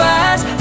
eyes